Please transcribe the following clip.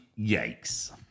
Yikes